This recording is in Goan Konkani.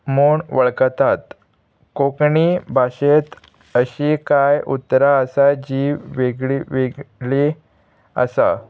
म्हूण वळखतात कोंकणी भाशेंत अशीं कांय उतरां आसात जीं वेगळीं वेगळीं आसा